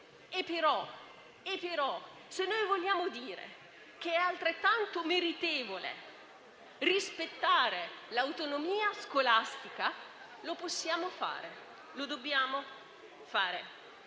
se noi vogliamo dire che è altrettanto meritevole rispettare l'autonomia scolastica, lo possiamo fare, lo dobbiamo fare.